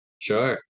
Sure